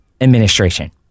administration